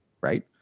right